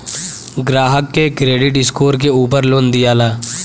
ग्राहक के credit score के उपर लोन दियाला